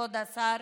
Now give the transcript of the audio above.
כבוד השר,